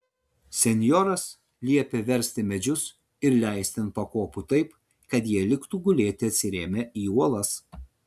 senjoras liepė versti medžius ir leisti ant pakopų taip kad jie liktų gulėti atsirėmę į uolas